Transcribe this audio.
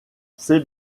c’est